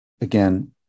again